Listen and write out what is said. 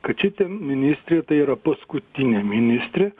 kad šitie ministrė tai yra paskutinė ministrė